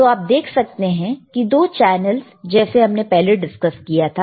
तो आप देख सकते हैं कि दो चैनलस जैसे हमने पहले डिस्कस किया था